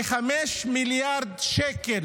כ-5 מיליארד שקל